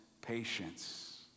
patience